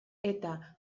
eta